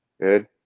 Good